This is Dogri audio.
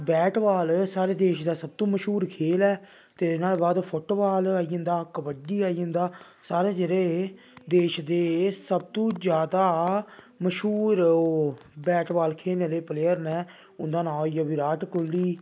बेटबाल साढ़े देश दा सब तू मश्हूर खेल ऐ ते नुआढ़े बाद फुटबाल आई जंदा कबड्डी आई जंदा साढ़े जेहडे़ देश दे एह् सब तू ज्यादा मश्हूर बेटबाल खेलने दा प्लेयर ना उंदा नां होई गेआ बिराट कोहली